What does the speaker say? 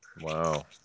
Wow